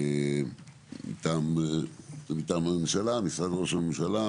ומטעם הממשלה, משרד ראש הממשלה,